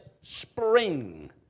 spring